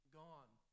gone